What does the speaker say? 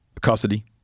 Custody